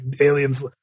aliens